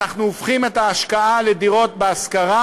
אנחנו הופכים את ההשקעה לדירות בהשכרה